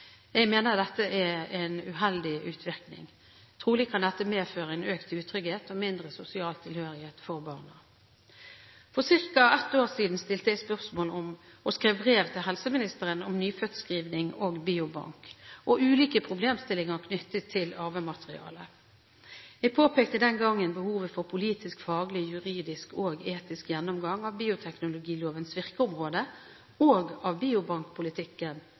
Jeg mener dette er en uheldig utvikling. Trolig kan dette medføre en økt utrygghet og mindre sosial tilhørighet for barna. For ca. ett år siden stilte jeg spørsmål om og skrev brev til helseministeren om nyfødtscreening og biobank og ulike problemstillinger knyttet til arvemateriale. Jeg påpekte den gangen behovet for politisk, faglig, juridisk og etisk gjennomgang av bioteknologilovens virkeområde og av biobankpolitikken